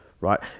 right